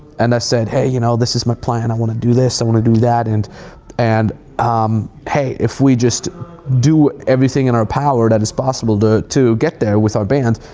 and i said, hey, you know this is my plan. i wanna do this, i wanna do that. and and um hey, if we just do everything in our power that is possible to to get there with our band,